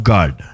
God